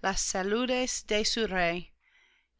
las saludes de su rey